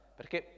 perché